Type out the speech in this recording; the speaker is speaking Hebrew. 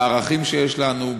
בערכים שיש לנו,